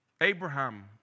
Abraham